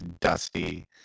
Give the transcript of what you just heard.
dusty